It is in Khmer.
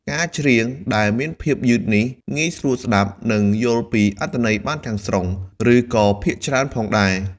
ការច្រៀងដែលមានភាពយឺតនេះ ងាយស្រួលស្តាប់ នឹងយល់ពីអត្ថន័យបានទាំងស្រុង ឬក៏ភាគច្រើនផងដែរ។